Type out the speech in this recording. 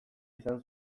izan